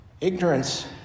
Ignorance